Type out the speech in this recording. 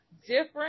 different